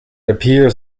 appears